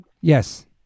yes